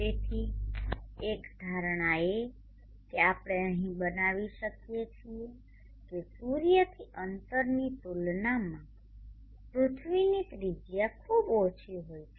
તેથી એક ધારણા કે આપણે અહીં બનાવી શકીએ છીએ કે સૂર્યથી અંતરની તુલનામાં પૃથ્વીની ત્રિજ્યા ખૂબ ઓછી હોય છે